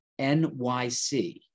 NYC